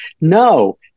No